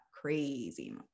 crazy